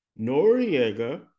Noriega